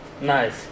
Nice